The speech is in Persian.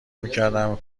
میکردم